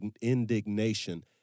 indignation